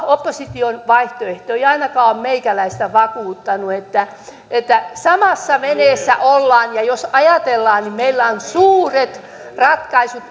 opposition vaihtoehto ei ainakaan ole meikäläistä vakuuttanut että että samassa veneessä ollaan jos ajatellaan niin meillä on suuret ratkaisut